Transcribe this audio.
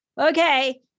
okay